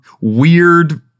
weird